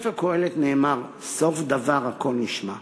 בספר קהלת נאמר "סוף דבר הכל נשמע".